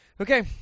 Okay